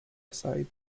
aside